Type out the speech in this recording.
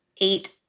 eight